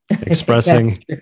expressing